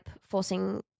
forcing